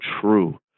true